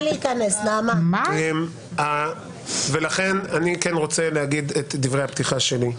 אני כן רוצה להגיד את דברי הפתיחה שלי.